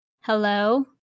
Hello